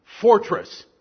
fortress